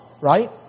Right